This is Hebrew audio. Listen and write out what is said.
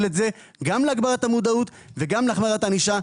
את זה גם להגברת המודעות וגם להחמרת הענישה.